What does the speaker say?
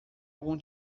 algum